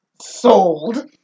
sold